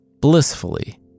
blissfully